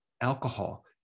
alcohol